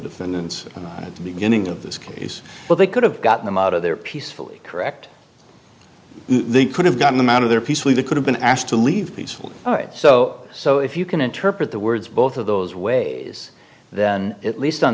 defendants at the beginning of this case but they could have gotten them out of there peacefully correct they could have gotten them out of there peacefully they could have been asked to leave peacefully so so if you can interpret the words both of those ways then at least on